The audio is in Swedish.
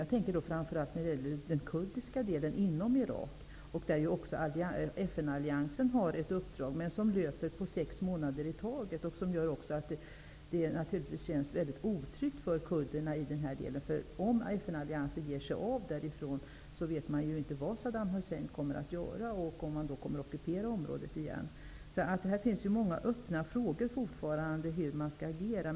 Jag tänker då framför allt på den kurdiska delen i Irak, där också FN-alliansen har ett uppdrag som löper på sex månader i taget. Det gör naturligtvis att det känns otryggt för kurderna. Om FN-alliansen ger sig av därifrån, vet man inte vad Saddam Hussein kommer att göra, om han återigen tänker ockupera området. Här finns fortfarande många öppna frågor om hur man skall agera.